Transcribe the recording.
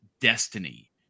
destiny